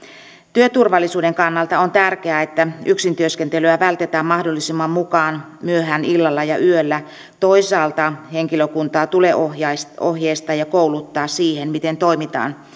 työturvallisuuden kannalta on tärkeää että yksintyöskentelyä vältetään mahdollisuuksien mukaan myöhään illalla ja yöllä toisaalta henkilökuntaa tule ohjeistaa ja kouluttaa siihen miten toimitaan